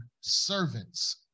servants